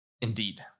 indeed